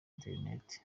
internet